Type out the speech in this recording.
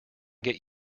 get